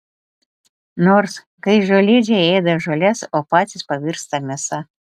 nors kai žolėdžiai ėda žoles o patys pavirsta mėsa